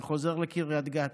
אני חוזר לקריית גת,